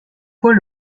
fois